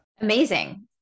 amazing